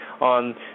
on